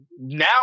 Now